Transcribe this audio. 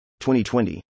2020